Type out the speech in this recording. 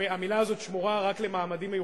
והמלה הזאת שמורה רק למעמדים מיוחדים,